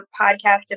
podcast